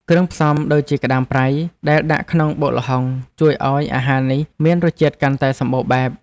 គ្រឿងផ្សំដូចជាក្តាមប្រៃដែលដាក់ក្នុងបុកល្ហុងជួយឱ្យអាហារនេះមានរសជាតិកាន់តែសម្បូរបែប។